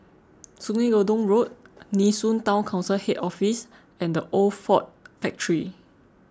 Sungei Gedong Road Nee Soon Town Council Head Office and the Old Ford Factor